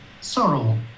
sorrow